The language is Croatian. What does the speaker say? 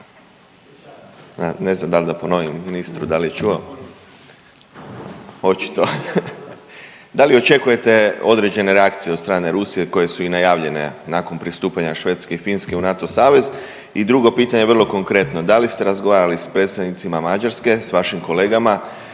Ne znam da li da ponovim ministru da li je čuo? Očito. Da li očekujete određene reakcije od strane Rusije koje su i najavljene nakon pristupanja Švedske i Finske u NATO savez? I drugo pitanje vrlo konkretno da li ste razgovarali s predstavnicima Mađarske, s vašim kolegama,